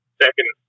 second